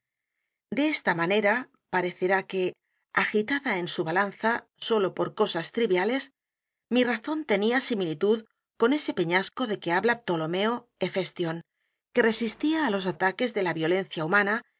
de esta manera parecerá que agitada en su b a lanza sólo por cosas triviales mi razón tenía similitud con ese peñasco de que habla ptoiomeo hephestion que resistía á los ataques de la violencia humana